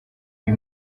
uyu